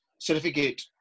certificate